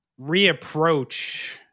reapproach